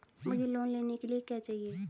मुझे लोन लेने के लिए क्या चाहिए?